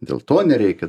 dėl to nereikia